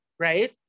Right